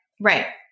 Right